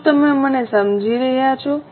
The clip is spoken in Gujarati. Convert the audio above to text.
શું તમે મને સમજી રહ્યા છો